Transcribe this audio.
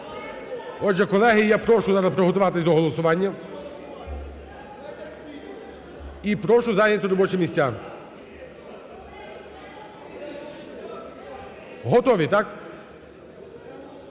Отже, колеги, я прошу зараз приготуватися до голосування і прошу зайняти робочі місця. Готові, так?